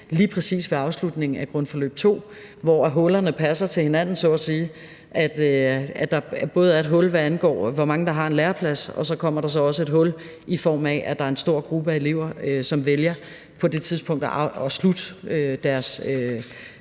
lige præcis ved afslutningen af grundforløb 2, hvor hullerne passer til hinanden så at sige, altså at der både er et hul, hvad angår, hvor mange der har en læreplads, og så kommer der også et hul, i form af at der er en stor gruppe af elever, som på det tidspunkt vælger at slutte deres